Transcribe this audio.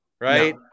right